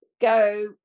go